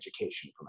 education